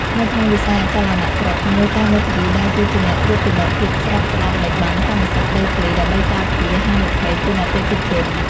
នៅក្នុងវិស័យអចលនទ្រព្យ ជំនួយការមេធាវីដើរតួជាអ្នកត្រួតពិនិត្យភាពស្របច្បាប់នៃប័ណ្ណកម្មសិទ្ធិដីធ្លី ដើម្បីការពារហានិភ័យជូនអតិថិជន។